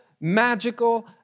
magical